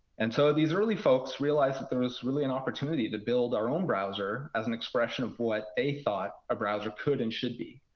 and so these early folks realized that there was really an opportunity to build our own browser as an expression of what they thought a browser could and should be,